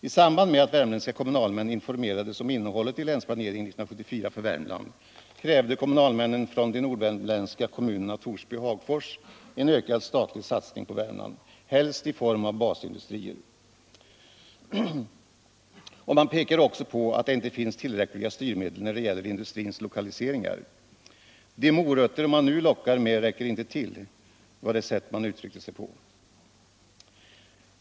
I samband med att värmländska kommunalmän informerades om innehållet i Länsplanering 1974 för Värmland krävde kommunalmännen från de nordvärmländska kommunerna Torsby och Hagfors en ökad statlig satsning på Värmland, helst i form av basindustrier. Man pekade också på att det inte finns tillräckliga styrmedel när det gäller industrins lokalisering. De morötter som nu används som lockmedel räcker inte ull — det var det sätt man uttryckte sig på.